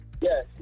Yes